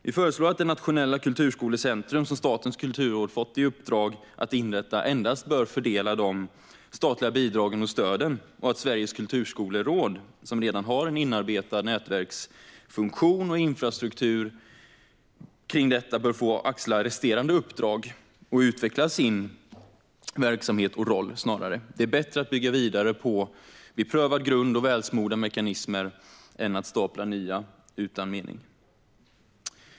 Vi föreslår att det nationella kulturskolecentrum som Statens kulturråd fått i uppdrag att inrätta endast ska fördela de statliga bidragen och stöden och att Sveriges kulturskoleråd, som redan har en inarbetad nätverksfunktion och infrastruktur för detta, ska få axla resterande uppdrag och utveckla sin verksamhet och roll. Det är bättre att bygga vidare på beprövad grund och välsmorda mekanismer än att stapla nya utan mening.